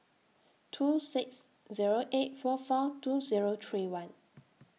two six Zero eight four four two Zero three one